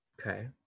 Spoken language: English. Okay